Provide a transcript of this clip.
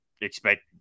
expect